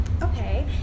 Okay